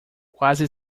quase